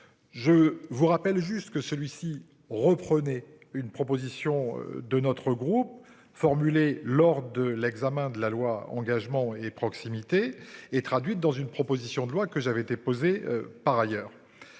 Je vous rappelle juste que celui-ci reprenait une proposition de notre groupe formulées lors de l'examen de la loi Engagement et proximité et traduite dans une proposition de loi que j'avais été posée par ailleurs.